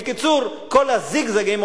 בקיצור, כל הזיגזגים.